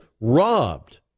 robbed